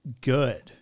good